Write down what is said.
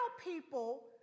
people